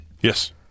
Yes